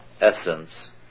essence